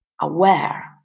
aware